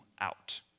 out